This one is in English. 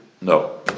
No